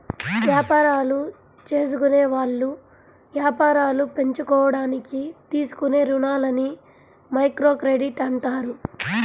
యాపారాలు జేసుకునేవాళ్ళు యాపారాలు పెంచుకోడానికి తీసుకునే రుణాలని మైక్రోక్రెడిట్ అంటారు